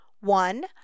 one